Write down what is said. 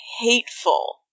hateful